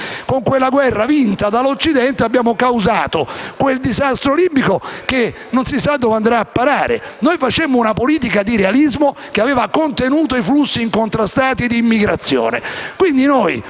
Con quella guerra, vinta dall'Occidente, abbiamo causato quel disastro libico che non si sa dove andrà a parare. Noi facemmo una politica di realismo, che riuscì a contenere i flussi incontrastati di immigrazione.